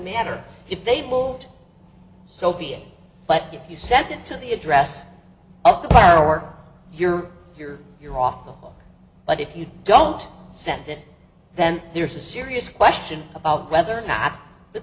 matter if they vote so be it but if you set it to the address of the power you're here you're off the hook but if you don't send it then there's a serious question about whether or not the